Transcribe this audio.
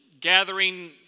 gathering